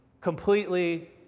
completely